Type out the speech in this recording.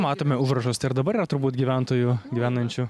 matome užrašus tai ir dabar yra turbūt gyventojų gyvenančių